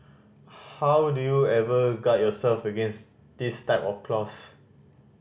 how do you ever guard yourself against this type of clause